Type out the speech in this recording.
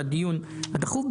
הדיון הדחוף,